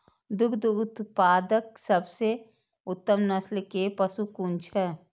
दुग्ध उत्पादक सबसे उत्तम नस्ल के पशु कुन छै?